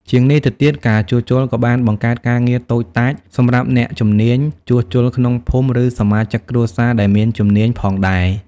ជាងនេះទៅទៀត ការជួសជុលក៏បានបង្កើតការងារតូចតាចសម្រាប់អ្នកជំនាញជួសជុលក្នុងភូមិ ឬសមាជិកគ្រួសារដែលមានជំនាញផងដែរ។